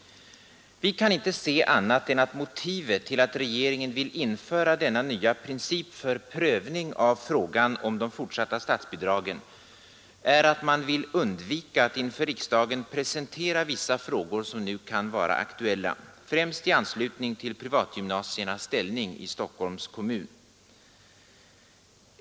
Vi kan inte se annat än att motivet till att regeringen vill införa denna nya princip för prövning av frågan om de fortsatta statsbidragen är att man vill undvika att inför riksdagen presentera vissa frågor som nu kan vara aktuella, främst i anslutning till privatgymnasiernas ställning i Stockholms kommun.